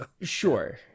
sure